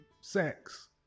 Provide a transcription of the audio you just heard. sex